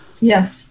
Yes